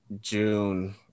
june